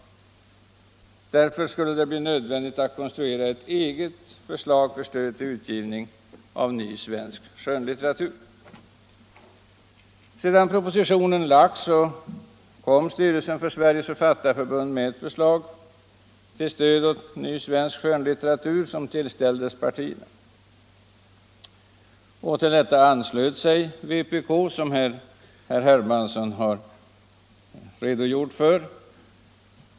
Därför skulle det bli nödvändigt för utskottet att konstruera ett eget förslag om stöd till utgivning av ny svensk skönlitteratur. Sedan propositionen lagts kom styrelsen för Sveriges författarförbund med ett förslag till stöd åt ny svensk skönlitteratur som tillställdes partierna. Till detta förslag anslöt sig vpk, som herr Hermansson har redogjort för.